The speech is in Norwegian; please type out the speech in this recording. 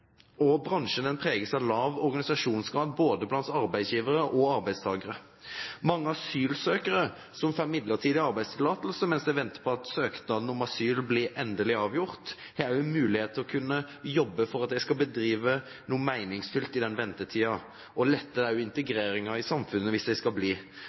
preges av lav organisasjonsgrad både blant arbeidsgivere og blant arbeidstakere. Mange asylsøkere som får midlertidig arbeidstillatelse mens de venter på at søknaden om asyl skal bli endelig avgjort, har mulighet til å kunne jobbe for at de skal bedrive noe meningsfylt i den ventetiden, og det letter også integreringen i samfunnet hvis de får bli.